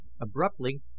abruptly